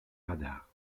radars